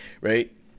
right